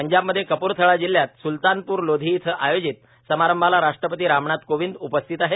पंजाबमधे कप्रथळा जिल्ह्यात सुलतानपूर लोधी इथं आयोजित समारंभाला राष्ट्रपती रामनाथ कोविंद उपस्थित आहेत